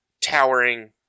towering